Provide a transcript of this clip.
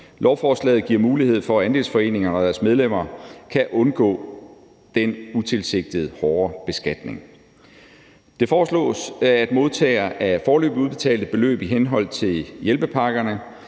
Lovforslaget giver mulighed for, at andelsforeningerne og deres medlemmer kan undgå den utilsigtede hårdere beskatning. Det foreslås, at modtagere af foreløbigt udbetalte beløb i henhold til hjælpepakkerne